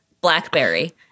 BlackBerry